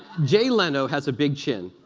jay leno has a big chin,